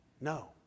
No